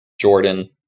jordan